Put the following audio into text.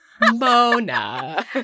Mona